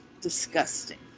Disgusting